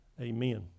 amen